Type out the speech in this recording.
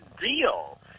deal